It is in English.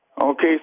Okay